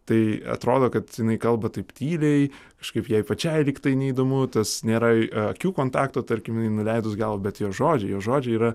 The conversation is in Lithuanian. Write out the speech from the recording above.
tai atrodo kad jinai kalba taip tyliai kažkaip jai pačiai lygtai neįdomu tas nėra akių kontakto tarkim jinai nuleidus galvą bet tie žodžiai jos žodžiai yra